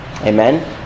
Amen